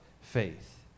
faith